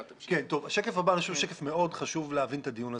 השקף הבא הוא שקף מאוד חשוב לדיון הזה.